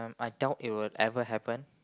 I doubt it will ever happen